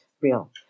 real